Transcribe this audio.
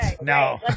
No